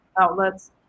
outlets